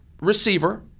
receiver